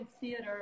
theater